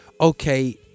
okay